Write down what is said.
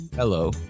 Hello